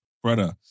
Brother